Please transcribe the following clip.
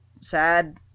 sad